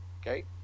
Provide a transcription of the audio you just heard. okay